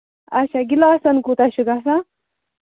اَچھا گِلاسَن کوٗتاہ چھُو گژھان